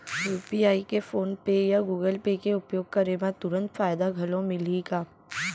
UPI के PhonePe या Google pay के उपयोग करे म तुरंत फायदा घलो मिलही का?